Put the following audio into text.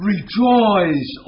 Rejoice